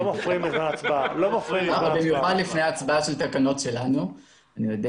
לפני